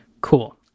Cool